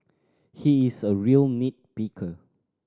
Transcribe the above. he is a real nit picker